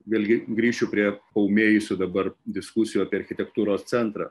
vėlgi grįšiu prie paūmėjusių dabar diskusijų apie architektūros centrą